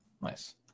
Nice